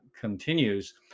continues